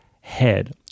head